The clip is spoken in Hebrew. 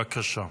בבקשה.